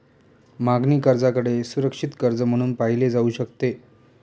मागणी कर्जाकडे सुरक्षित कर्ज म्हणून पाहिले जाऊ शकते